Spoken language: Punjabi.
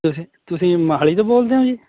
ਤੁਸੀਂ ਤੁਸੀਂ ਮੋਹਾਲੀ ਤੋਂ ਬੋਲਦੇ ਹੋ ਜੀ